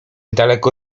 daleko